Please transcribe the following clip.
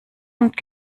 und